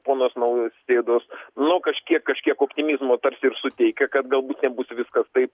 ponos nausėdos nu kažkiek kažkiek optimizmo tarsi ir suteikia kad galbūt nebus viskas taip